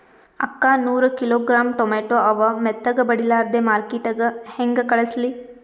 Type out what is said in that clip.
ಅಕ್ಕಾ ನೂರ kilogram tomato ಅವ, ಮೆತ್ತಗಬಡಿಲಾರ್ದೆ ಮಾರ್ಕಿಟಗೆ ಹೆಂಗ ಕಳಸಲಿ?